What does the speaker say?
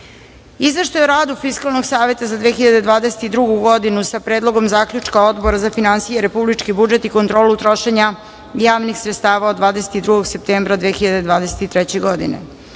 Izveštaj o radu Fiskalnog saveta za 2022. godinu, sa Predlogom zaključka Odbora za finansije, republički budžet i kontrolu trošenja javnih sredstava od 22. septembra 2023. godine;46.